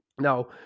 Now